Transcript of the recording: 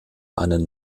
einen